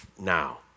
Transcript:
now